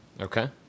okay